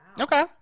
okay